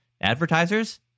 advertisers